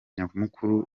nyamukuru